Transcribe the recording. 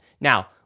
Now